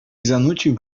zanucił